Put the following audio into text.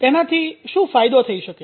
તેનાથી શું ફાયદો થઈ શકે